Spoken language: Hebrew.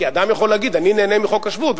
כי אדם יכול להגיד: אני נהנה מחוק השבות,